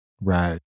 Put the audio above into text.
right